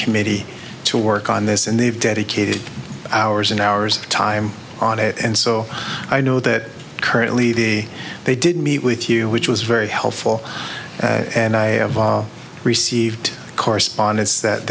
committee to work on this and they've dedicated hours and hours time on it and so i know that currently the they didn't meet with you which was very helpful and i have received correspondence that